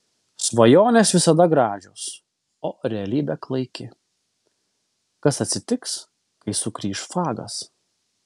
svajonės visada gražios o realybė klaiki kas atsitiks kai sugrįš fagas